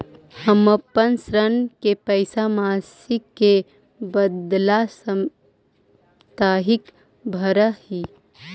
हम अपन ऋण के पैसा मासिक के बदला साप्ताहिक भरअ ही